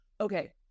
okay